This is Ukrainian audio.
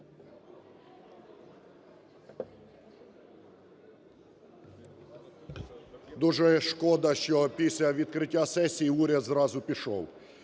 Дуже шкода, що після відкриття сесії уряд зразу пішов.